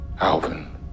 Alvin